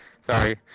Sorry